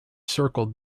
circled